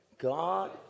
god